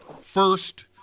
first